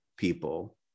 people